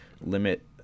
limit